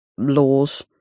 laws